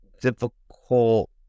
difficult